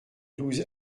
douze